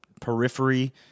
periphery